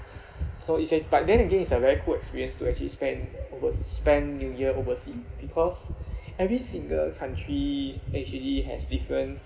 it's ac~ but then again it's a very good experience to actually spend over~ spend new year oversea because every single country actually has different